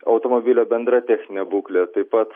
automobilio bendra techninė būklė taip pat